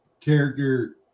Character